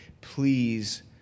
please